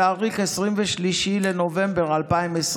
בתאריך 23 בנובמבר 2020,